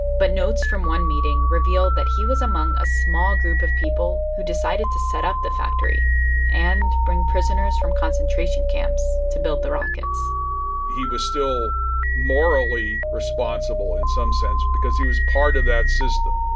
but notes from one meeting revealed that he was among a small group of people who decided to set up the factory and bring prisoners from concentration camps to build the rockets he was still morally responsible in some sense because he was part of that system